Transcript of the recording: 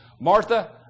Martha